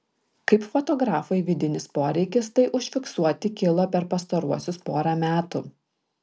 kaip fotografui vidinis poreikis tai užfiksuoti kilo per pastaruosius porą metų